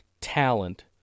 talent